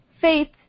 faith